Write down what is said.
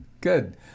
good